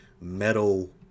metal